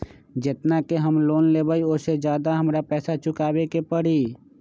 जेतना के हम लोन लेबई ओ से ज्यादा के हमरा पैसा चुकाबे के परी?